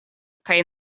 kaj